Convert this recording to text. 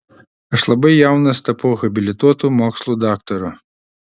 aš labai jaunas tapau habilituotu mokslų daktaru